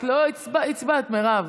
את לא הצבעת, מרב.